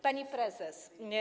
Pani Prezes!